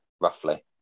roughly